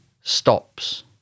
stops